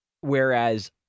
whereas